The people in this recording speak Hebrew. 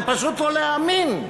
זה פשוט לא להאמין.